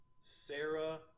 sarah